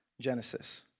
Genesis